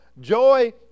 joy